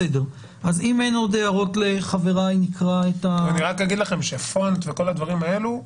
אני רק אגיד לכם שפונט וכל הדברים האלו,